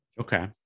okay